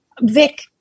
Vic